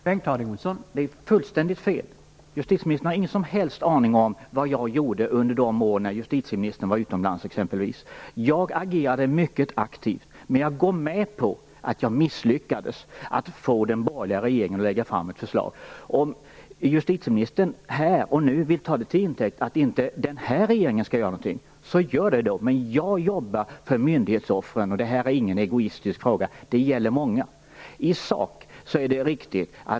Herr talman! Det är fullständigt fel! Justitieministern har ingen som helst aning om vad jag gjorde under de år då justitieministern var utomlands exempelvis. Jag agerade mycket aktivt. Men jag går med på att jag misslyckades med att få den borgerliga regeringen att lägga fram ett förslag. Om justitieministern här och nu vill ta det till intäkt för att den här regeringen inte skall göra någonting, så är det bara att göra det. Men jag jobbar för myndighetsoffren, och detta är ingen egoistisk sak utan det gäller många.